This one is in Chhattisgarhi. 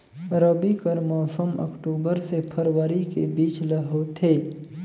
रबी कर मौसम अक्टूबर से फरवरी के बीच ल होथे